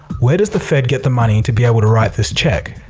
where does the fed get the money to be able to write this check?